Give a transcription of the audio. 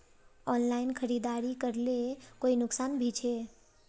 Online खरीदारी करले कोई नुकसान भी छे?